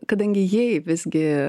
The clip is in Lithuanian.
kadangi jei visgi